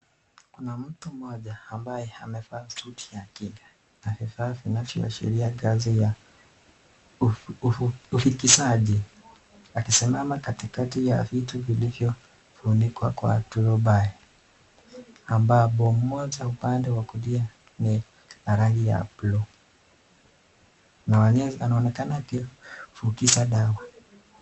Kuna mtu mmoja ambaye amevaa suti ya kinga, ana vifaa vinavyo ashiria kazi ya ufikisaji akisimama katikati ya vitu vilivyofunikwa kwa turubai, ambapo moja upande wa kulia ni ya rangi ya buluu na anaonekana akifukiza dawa.